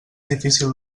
difícil